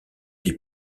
des